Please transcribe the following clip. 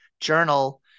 journal